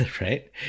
right